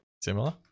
Similar